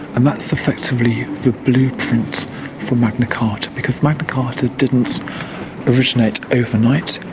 and that's effectively the blueprint for magna carta, because magna carta didn't originate overnight.